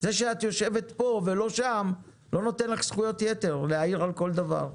זה שאת יושבת פה ולא שם לא נותן לך זכויות יתר להעיר על כל דבר.